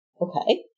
okay